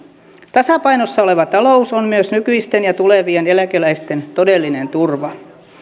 tasapainossa oleva talous on myös nykyisten ja tulevien eläkeläisten todellinen turva